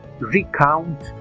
recount